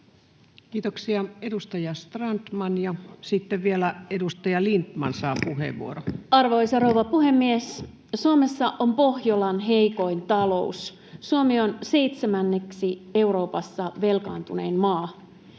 Kiitoksia. — Edustaja Strandman, ja sitten vielä edustaja Lindtman saa puheenvuoron. Arvoisa rouva puhemies! Suomessa on Pohjolan heikoin talous. Suomi on Euroopan seitsemänneksi velkaantunein maa.